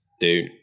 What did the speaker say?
dude